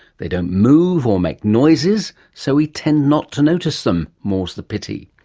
they don't move or make noises, so we tend not to notice them, more's the pity.